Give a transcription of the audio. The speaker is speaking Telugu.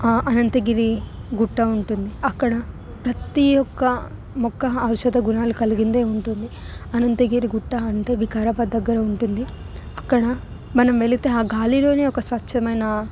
అనంతగిరి గుట్ట ఉంటుంది అక్కడ ప్రతి ఒక్క మొక్క ఔషధ గుణాలు కలిగిందే ఉంటుంది అనంతగిరి గుట్ట అంటే వికారాబాద్ దగ్గర ఉంటుంది అక్కడ మనం గాలిలోనే ఒక స్వచ్ఛమైన